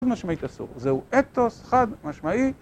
משמעית אסור, זהו אתוס חד משמעית